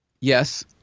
Yes